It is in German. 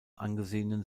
angesehenen